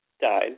died